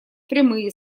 прямые